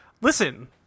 Listen